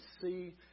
see